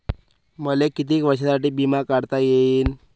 मले कितीक वर्षासाठी बिमा काढता येईन?